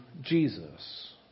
Jesus